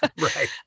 Right